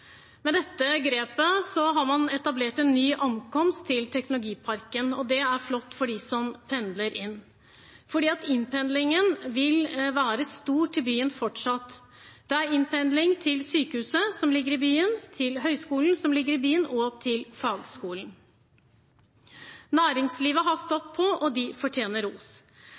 Med dette grepet har man etablert en ny atkomst til teknologiparken. Det er flott for dem som pendler, fordi pendlingen inn til byen vil fortsatt være stor. Det er pendling inn til sykehuset, som ligger i byen, til høyskolen, som ligger i byen, og til fagskolen. Næringslivet har